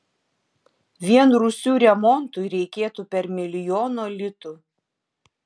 vien rūsių remontui reikėtų per milijono litų